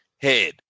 head